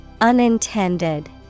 Unintended